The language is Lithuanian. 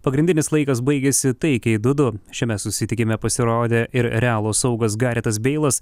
pagrindinis laikas baigėsi taikiai du du šiame susitikime pasirodė ir realo saugas garetas beilas